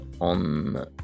on